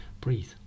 Breathe